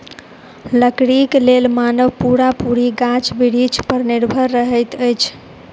लकड़ीक लेल मानव पूरा पूरी गाछ बिरिछ पर निर्भर रहैत अछि